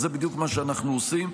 וזה בדיוק מה שאנחנו עושים.